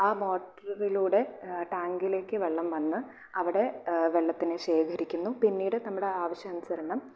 ആ മോട്ടറിലൂടെ ടാങ്കിലേക്ക് വെള്ളം വന്ന് അവിടെ വെള്ളത്തിനെ ശേഖരിക്കുന്നു പിന്നീട് നമ്മുടെ ആവിശ്യാന്സരണം